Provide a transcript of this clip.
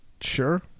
Sure